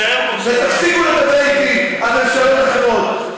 ותפסיקו לדבר אתי על ממשלות אחרות.